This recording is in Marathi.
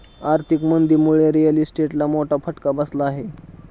आर्थिक मंदीमुळे रिअल इस्टेटला मोठा फटका बसला आहे